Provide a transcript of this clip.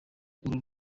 uru